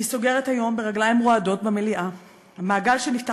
אני סוגרת היום ברגליים רועדות במליאה מעגל שנפתח